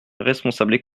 responsables